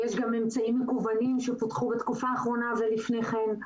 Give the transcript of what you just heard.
יש גם אמצעים מקוונים שפותחו בתקופה האחרונה ולפני כן,